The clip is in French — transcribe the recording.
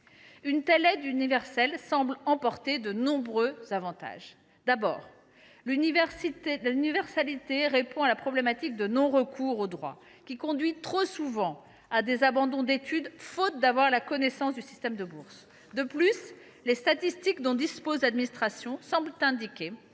Une telle aide universelle semble emporter de nombreux avantages. Premièrement, l’universalité répond à la problématique de non recours aux droits, qui conduit trop souvent à des abandons d’études faute de connaissance du système de bourses. Deuxièmement, les statistiques dont dispose l’administration semblent indiquer